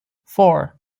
four